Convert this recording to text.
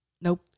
Nope